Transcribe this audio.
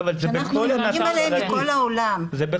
שאנחנו יודעים עליהן מכל העולם --- כן,